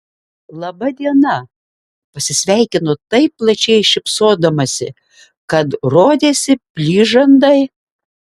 laba diena pasisveikino taip plačiai šypsodamasi kad rodėsi plyš žandai